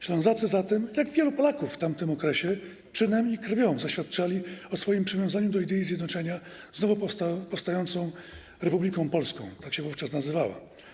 Ślązacy zatem, tak jak wielu Polaków w tamtym okresie, przynajmniej krwią zaświadczali o swoim przywiązaniu do idei zjednoczenia z nowo powstającą Republiką Polską - tak się wówczas nazywała.